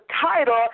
title